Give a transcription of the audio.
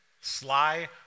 Sly